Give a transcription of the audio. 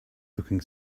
looking